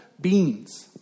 beings